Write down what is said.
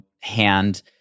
hand